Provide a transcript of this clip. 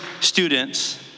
students